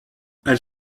elle